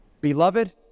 Beloved